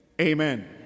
Amen